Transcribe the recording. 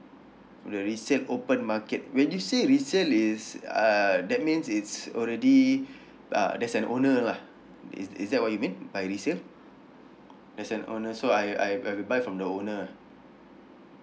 the resale open market when you say resale is uh that means it's already uh there's an owner lah is is that what you mean by resale there's an owner so I I I buy from the owner ah